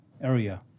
area